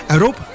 Erop